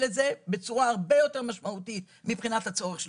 את זה בצורה הרבה יותר משמעותית מבחינת הצורך שלהם.